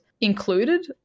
included